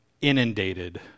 inundated